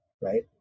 right